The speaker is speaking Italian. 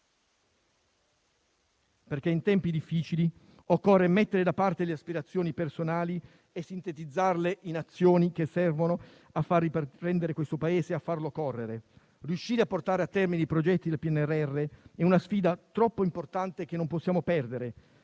perché in tempi difficili occorre mettere da parte le aspirazioni personali e sintetizzarle in azioni che servono a far riprendere questo Paese e a farlo correre. Riuscire a portare a termine i progetti del PNRR è una sfida troppo importante che non possiamo perdere